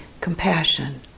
compassion